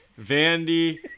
Vandy